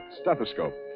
stethoscope